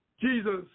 Jesus